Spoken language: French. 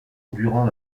durant